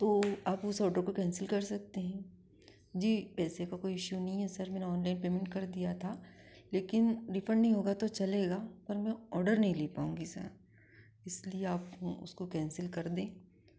तो आप उस ऑर्डर को कैंसिल कर सकते हैं जी पैसे का कोई इशू नहीं है सर मेरा ऑनलाइन पेमेंट कर दिया था लेकिन रिफंड नहीं होगा तो चलेगा पर मैं ऑर्डर नहीं ले पाऊँगी सर इसलिए आप उसको कैंसिल कर दें